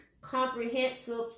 comprehensive